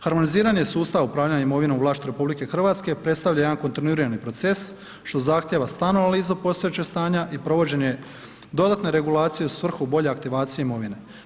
Harmonizirani sustav upravljanja imovinom u vlasti RH predstavlja jedan kontinuirani proces što zahtjeva stalnu analizu postojećeg stanja i provođenje dodatne regulacije u svrhu bolje aktivacije imovine.